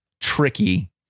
tricky